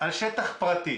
על שטח פרטי